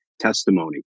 testimony